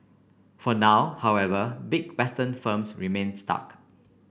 for now however big Western firms remain stuck